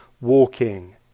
walking